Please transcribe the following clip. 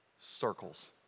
Circles